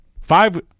Five